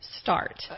start